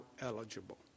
eligible